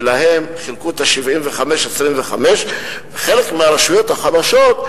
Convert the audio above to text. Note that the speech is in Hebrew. ולהן קבעו 75 25. חלק מהרשויות החלשות,